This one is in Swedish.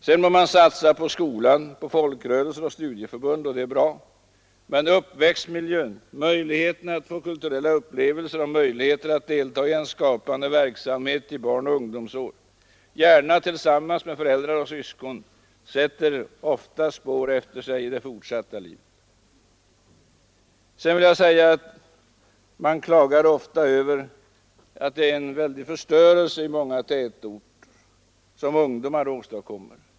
Sedan må man satsa på skola, folkrörelser och studieförbund — det är bra — men uppväxtmiljön, möjligheterna att få kulturella upplevelser och delta i skapande verksamhet i barnaoch ungdomsår, gärna tillsammans med föräldrar och syskon, sätter ofta spår efter sig i det fortsatta livet. Man klagar ofta över att ungdomar åstadkommer en väldig förstörelse i många tätorter.